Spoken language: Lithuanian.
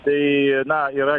tai na yra